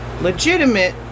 legitimate